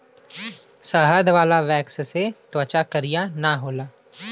शहद वाला वैक्स से त्वचा करिया ना होला